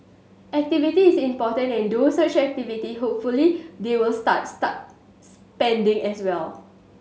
activity is important and through such activity hopefully they will start start spending as well